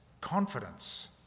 confidence